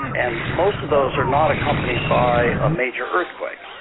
and most of those are not accompanied by a major earthquake.